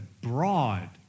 broad